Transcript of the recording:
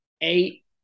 eight